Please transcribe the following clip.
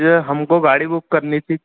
ये हमको गाड़ी बुक करनी थी